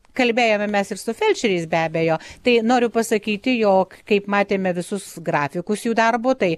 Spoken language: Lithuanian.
kalbėjome mes ir su felčeriais be abejo tai noriu pasakyti jog kaip matėme visus grafikus jų darbo tai